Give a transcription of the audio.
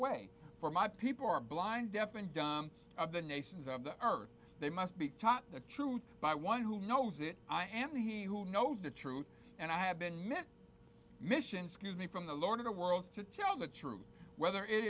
way for my people are blind deaf and dumb of the nations of the earth they must be taught the truth by one who knows it i am he who knows the truth and i have been many missions scuse me from the lord of the world to tell the truth whether it